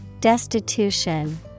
Destitution